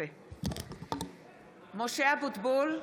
(קוראת בשמות חברי הכנסת) משה אבוטבול,